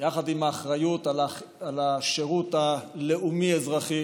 יחד עם האחריות על השירות הלאומי-אזרחי